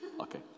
Okay